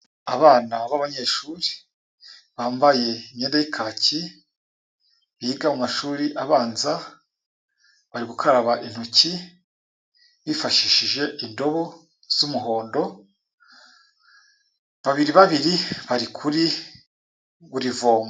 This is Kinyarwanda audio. Abana b'abanyeshuri bambaye imyenda y'ikaki, biga mu mashuri abanza, bari gukaraba intoki bifashishije indobo zisa umuhondo, babiri babiri bari kuri buri vomo.